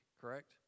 correct